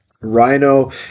Rhino